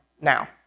now